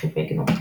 רכיבי גנו.